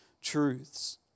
truths